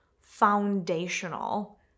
foundational